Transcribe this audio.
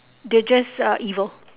they are just evil